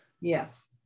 Yes